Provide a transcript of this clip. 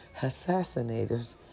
assassinators